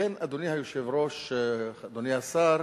לכן, אדוני היושב-ראש, אדוני השר,